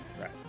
Right